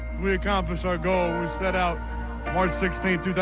we accomplished our goal we set out march sixteenth, two